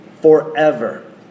forever